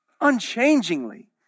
unchangingly